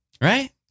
Right